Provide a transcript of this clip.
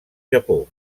japó